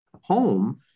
home